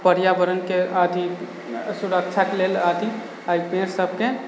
पर्यावरण के अथि सुरक्षा के लेल अथि एहि पेड़ सबके